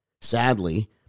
Sadly